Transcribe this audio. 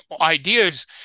ideas